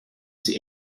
sie